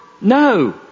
no